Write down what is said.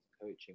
coaching